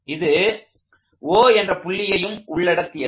இது O என்ற புள்ளியையும் உள்ளடக்கியது